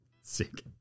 Sick